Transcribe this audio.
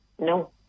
No